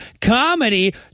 comedy